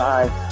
Bye